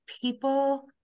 people